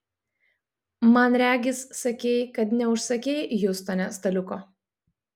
man regis sakei kad neužsakei hjustone staliuko